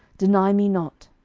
deny me not.